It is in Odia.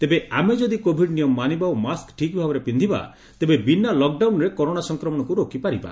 ତେବେ ଆମେ ଯଦି କୋଭିଡ୍ ନିୟମ ମାନିବା ଓ ମାସ୍କ ଠିକ୍ ଭାବରେ ପିକ୍ଷିବା ତେବେ ବିନା ଲକ୍ଡାଉନ୍ରେ କରୋନା ସଂକ୍ରମଶକୁ ରୋକିପାରିବ